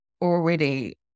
already